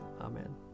Amen